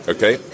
Okay